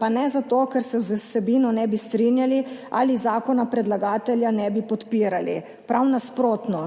pa ne zato, ker se z vsebino ne bi strinjali ali zakona predlagatelja ne bi podpirali. Prav nasprotno,